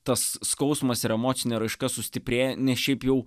tas skausmas ir emocinė raiška sustiprėja nes šiaip jau